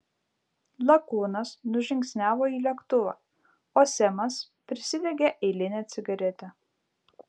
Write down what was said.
lakūnas nužingsniavo į lėktuvą o semas prisidegė eilinę cigaretę